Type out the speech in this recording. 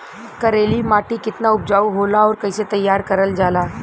करेली माटी कितना उपजाऊ होला और कैसे तैयार करल जाला?